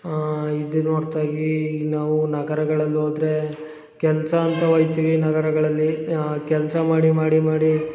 ಆಂ ಇದು ನೋಡ್ತಗಿ ಇನ್ನ ನಾವು ನಗರಗಳಲ್ಲಿ ಹೋದ್ರೆ ಕೆಲಸ ಅಂತ ಒಯ್ತೀವಿ ನಗರಗಳಲ್ಲಿ ಕೆಲಸ ಮಾಡಿ ಮಾಡಿ ಮಾಡಿ